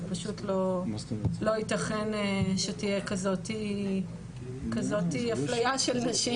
זה פשוט לא יתכן שתהיה כזאת אפליה של נשים